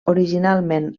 originalment